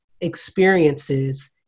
experiences